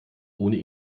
ohne